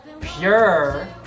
Pure